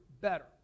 better